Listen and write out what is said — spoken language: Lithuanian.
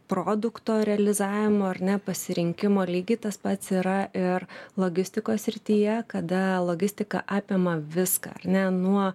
produkto realizavimo ar ne pasirinkimo lygiai tas pats yra ir logistikos srityje kada logistika apima viską ar ne nuo